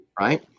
right